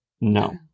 No